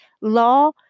law